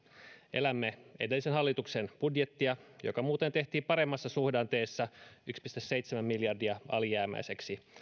elämme edellisen hallituksen budjettia joka muuten tehtiin paremmassa suhdanteessa yksi pilkku seitsemän miljardia alijäämäiseksi